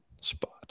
spot